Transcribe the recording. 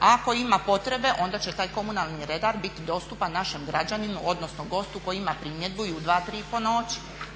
ako ima potrebe onda će taj komunalni redar biti dostupan našem građaninu odnosno gostu koji ima primjedbu i u 2, 3 po noći.